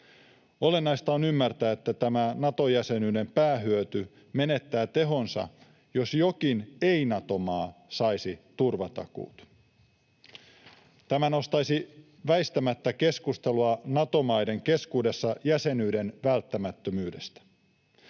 Olennaista on ymmärtää, että tämä Nato-jäsenyyden päähyöty menettää tehonsa, jos jokin ei-Nato-maa saisi turvatakuut. Tämä nostaisi väistämättä keskustelua Nato-maiden keskuudessa jäsenyyden välttämättömyydestä.